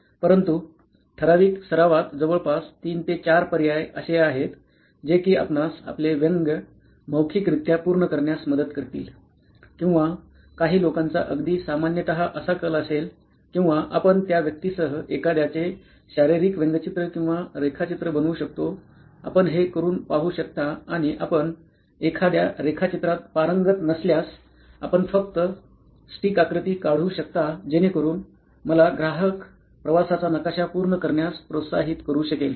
परंतु ठराविक सरावात जवळपास ३ ते ४ पर्याय असे आहेत जे की आपणास आपले व्यंग मौखिकरित्या पूर्ण करण्यास मदत करतील किंवा काही लोकांचा अगदी सामान्यत असा कल असेल किंवा आपण त्या व्यक्तीसह एखाद्याचे शारीरिक व्यंगचित्र किंवा रेखाचित्र बनवू शकतो आपण हे करून पाहू शकता आणि आपण एखाद्या रेखाचित्रात पारंगत नसल्यास आपण फक्त स्टिक आकृती काढू शकता जेणेकरून मला ग्राहक प्रवासाचा नकाशा पूर्ण करण्यास प्रोत्साहित करू शकेल